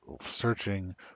searching